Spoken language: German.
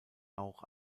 auch